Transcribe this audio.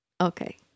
Okay